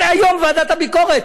אלה היום בוועדת הביקורת,